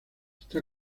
está